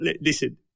listen